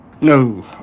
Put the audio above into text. No